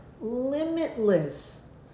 limitless